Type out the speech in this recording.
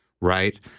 right